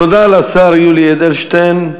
תודה לשר יולי אדלשטיין.